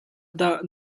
dah